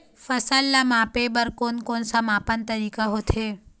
फसल ला मापे बार कोन कौन सा मापन तरीका होथे?